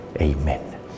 Amen